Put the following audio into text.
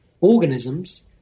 organisms